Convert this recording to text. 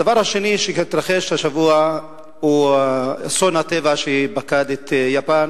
הדבר השני שהתרחש השבוע הוא אסון הטבע שפקד את יפן,